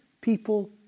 people